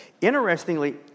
Interestingly